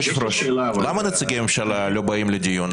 למה נציגי הממשלה לא באים לדיון?